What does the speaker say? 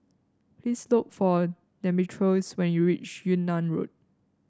please look for Demetrios when you reach Yunnan Road